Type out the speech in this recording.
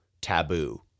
taboo